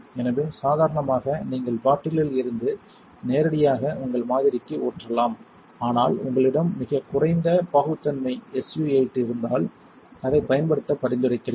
எனவே சாதாரணமாக நீங்கள் பாட்டிலில் இருந்து நேரடியாக உங்கள் மாதிரிக்கு ஊற்றலாம் ஆனால் உங்களிடம் மிகக் குறைந்த பாகுத்தன்மை SU 8 இருந்தால் அதைப் பயன்படுத்த பரிந்துரைக்கிறேன்